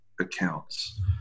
accounts